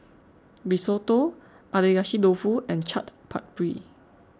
Risotto Agedashi Dofu and Chaat Papri